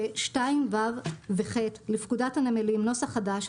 ו-(2)(ו) ו-(ח) לפקודת הנמלים (נוסח חדש),